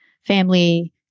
family